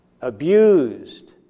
abused